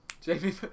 Jamie